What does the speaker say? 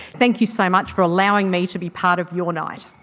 thank you so much for allowing me to be part of your night.